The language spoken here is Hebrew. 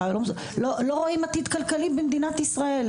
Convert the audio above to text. ולא רואים עתיד כלכלי במדינת ישראל,